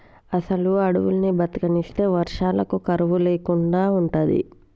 అసలు అడువుల్ని బతకనిస్తే వర్షాలకు కరువు లేకుండా ఉంటది